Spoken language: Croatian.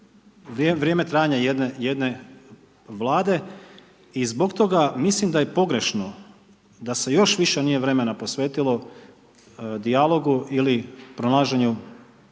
vrijeme trajanja jedne Vlade i zbog toga mislim d je pogrešno da se još nije više nije vremena posvetilo dijalogu ili pronalaženju